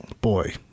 Boy